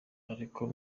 ariko